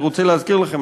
אני רוצה להזכיר לכם,